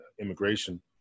immigration